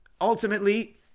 ultimately